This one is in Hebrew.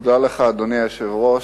אדוני היושב-ראש,